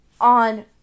on